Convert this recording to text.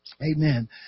Amen